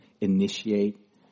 initiate